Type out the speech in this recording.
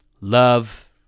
Love